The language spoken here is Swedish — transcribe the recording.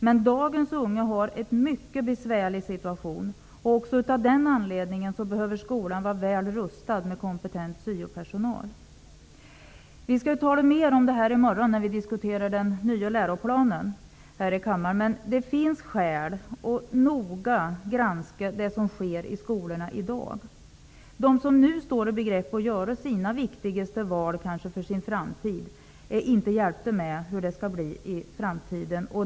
Men dagens unga har en mycket besvärlig situation. Även av den anledningen behöver skolan vara väl rustad med kompetent syopersonal. Vi skall tala mer om detta i morgon, när vi skall diskutera den nya läroplanen här i kammaren. Men det finns skäl att noga granska det som i dag sker i skolorna. De elever som nu står i begrepp att göra sina kanske viktigaste val för framtiden är inte hjälpta med hur det kommer att bli i framtiden i skolan.